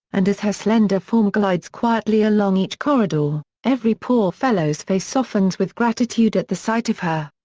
and as her slender form glides quietly along each corridor, every poor fellow's face softens with gratitude at the sight of her.